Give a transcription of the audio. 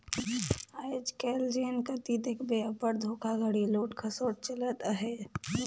आएज काएल जेन कती देखबे अब्बड़ धोखाघड़ी, लूट खसोट चलत अहे